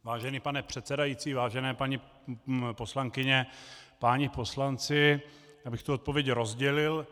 Vážený pane předsedající, vážené paní poslankyně, páni poslanci, já bych tu odpověď rozdělil.